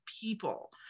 people